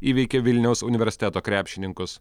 įveikė vilniaus universiteto krepšininkus